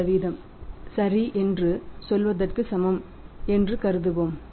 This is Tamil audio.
5 சரி என்று சொல்வதற்கு சமம் என்று கருதுவோம்